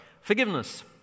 forgiveness